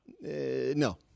No